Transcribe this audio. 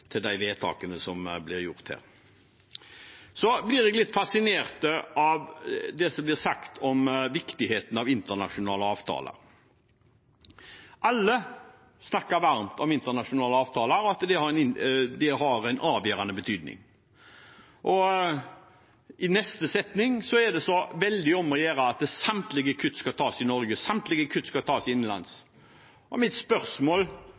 til de vedtakene som blir gjort her. Så blir jeg litt fascinert av det som blir sagt om viktigheten av internasjonale avtaler. Alle snakker varmt om internasjonale avtaler og sier at de har en avgjørende betydning, og så er det i neste setning veldig om å gjøre at samtlige kutt skal tas i Norge – samtlige kutt skal tas innenlands. Mitt spørsmål